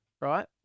right